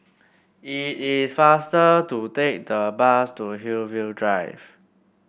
it is faster to take the bus to Hillview Drive